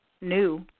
new